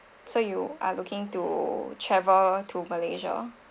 so you are looking to travel to malaysia